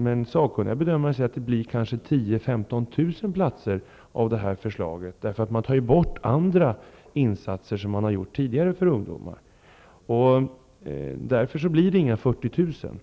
Men sakkunniga bedömare säger att det kanske bara blir 10 000-15 000 platser med det här förslaget, därför att man tar bort andra tidigare gjorda insatser för ungdomarna. Det är alltså inte 40 000 platser det handlar om.